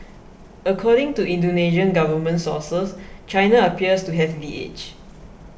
according to Indonesian government sources China appears to have the edge